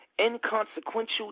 Inconsequential